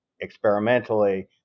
experimentally